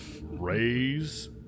Raise